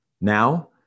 Now